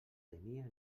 tenia